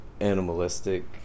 animalistic